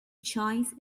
choice